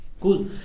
Cool